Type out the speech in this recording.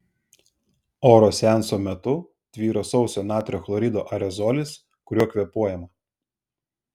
oro seanso metu tvyro sauso natrio chlorido aerozolis kuriuo kvėpuojama